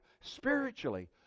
spiritually